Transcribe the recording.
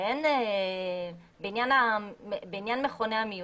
בעניין מכוני המיון,